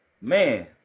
Man